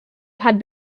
had